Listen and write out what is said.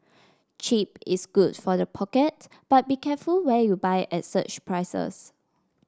cheap is good for the pocket but be careful where you buy at such prices